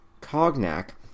Cognac